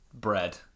bread